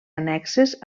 annexes